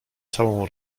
całą